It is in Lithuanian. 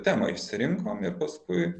temą išsirinkom ir paskui